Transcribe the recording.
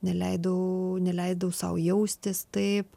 neleidau neleidau sau jaustis taip